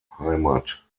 heimat